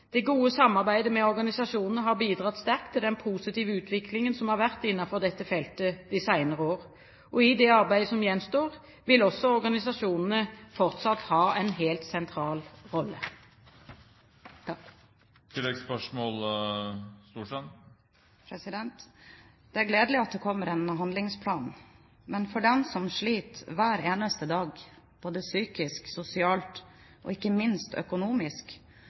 Det gode samarbeidet med organisasjonene har bidratt sterkt til den positive utviklingen som har vært innenfor dette feltet de senere år. I det arbeidet som gjenstår, vil organisasjonene fortsatt ha en helt sentral rolle. Det er gledelig at det kommer en handlingsplan, men for dem som sliter hver eneste dag, både psykisk, sosialt og ikke minst økonomisk,